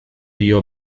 dio